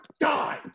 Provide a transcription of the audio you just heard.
die